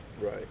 right